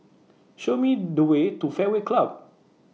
Show Me The Way to Fairway Club